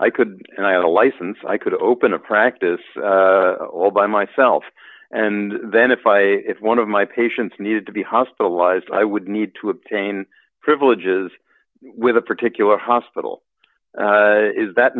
i could and i had a license i could open a practice all by myself and then if i if one of my patients needed to be hospitalized i would need to obtain privileges with a particular hospital is that